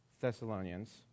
Thessalonians